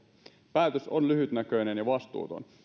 päätös on lyhytnäköinen ja vastuuton